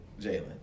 Jalen